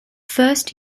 first